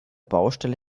baustelle